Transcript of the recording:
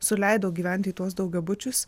suleidau gyventi į tuos daugiabučius